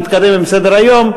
נתקדם עם סדר-היום,